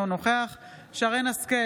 אינו נוכח שרן מרים השכל,